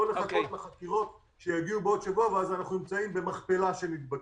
לא לחכות לחקירות שיגיעו בעוד שבוע ואז נימצא במכפלה של נדבקים.